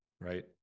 right